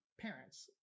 parents